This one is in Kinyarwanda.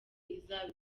izaba